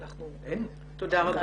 תודה רבה.